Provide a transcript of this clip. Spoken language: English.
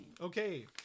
Okay